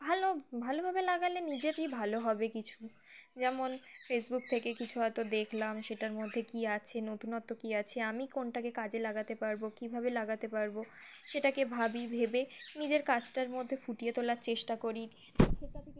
ভালো ভালোভাবে লাগালে নিজেরই ভালো হবে কিছু যেমন ফেসবুক থেকে কিছু হয়তো দেখলাম সেটার মধ্যে কী আছে নতুনত্ব কী আছে আমি কোনটাকে কাজে লাগাতে পারবো কীভাবে লাগাতে পারবো সেটাকে ভাবি ভেবে নিজের কাজটার মধ্যে ফুটিয়ে তোলার চেষ্টা করি সেটা